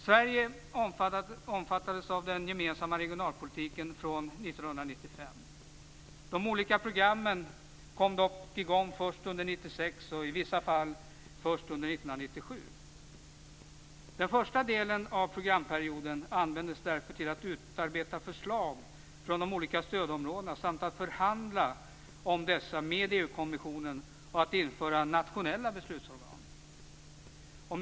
Sverige omfattas av den gemensamma regionalpolitiken från 1995. De olika programmen kom dock i gång först under 1996, och i vissa fall först under 1997. Den första delen av programperioden användes därför till att utarbeta förslag från de olika stödområdena samt att förhandla om dessa med EU kommissionen och att införa nationella beslutsorgan.